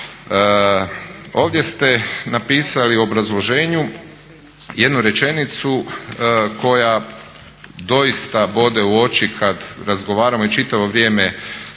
Ovdje ste napisali u obrazloženju jednu rečenicu koja doista bode u oči kad razgovaramo i čitavo vrijeme